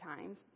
times